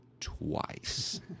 twice